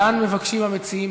לאן מבקשים המציעים?